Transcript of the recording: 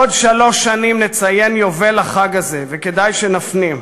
בעוד שלוש שנים נציין יובל לחג הזה, וכדאי שנפנים: